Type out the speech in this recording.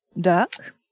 duck